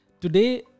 Today